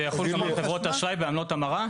זה יכול גם על חברות אשראי ועמלות המרה?